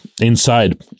inside